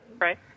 Right